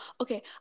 okay